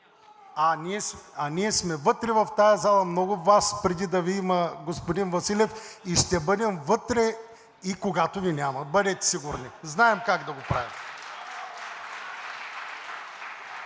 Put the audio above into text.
А ние сме вътре – в тази зала, много преди да Ви има Вас, господин Василев, и ще бъдем вътре и когато Ви няма. Бъдете сигурни! Знаем как да го правим.